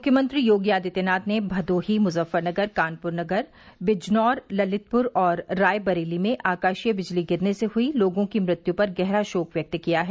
मुख्यमंत्री योगी आदित्यनाथ ने भदोही मुजफ्फरनगर कानपुर नगर बिजनौर ललितपुर और रायबरेली में आकाशीय बिजली गिरने से हुई लोगों की मृत्यु पर गहरा शोक व्यक्त किया है